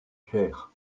cher